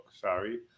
sorry